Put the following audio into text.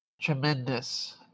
tremendous